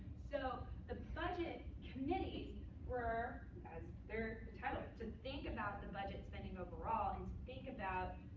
so the budget committees were as they're entitled to think about the budget spending overall, and think about